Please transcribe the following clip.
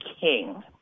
King